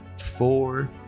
four